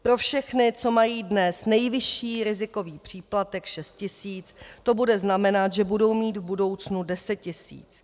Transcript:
Pro všechny, co mají dnes nejvyšší rizikový příplatek 6 tisíc, to bude znamenat, že budou mít v budoucnu 10 tisíc.